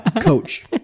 coach